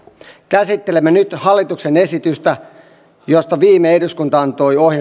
käsittelemme nyt hallituksen esitystä josta viime eduskunta antoi ohjeistuksen tälle eduskunnalle